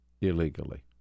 illegally